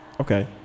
Okay